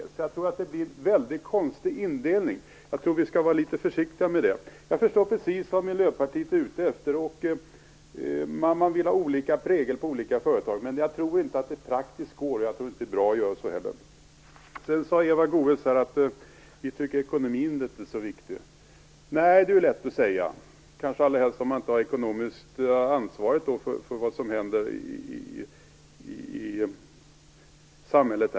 Jag tror alltså att det blir en väldigt konstig indelning, något som jag tror att vi skall vara litet försiktiga med. Jag förstår precis vad Miljöpartiet är ute efter - man vill ha olika prägel på olika företag - men jag tror inte att det praktiskt går att göra så här och jag tror inte heller att det är bra. Eva Goës sade att hon inte tycker att ekonomin är så viktig. Nej, det är ju lätt att säga - kanske allra helst om man så att säga inte har det ekonomiska ansvaret för vad som händer i samhället.